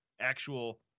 actual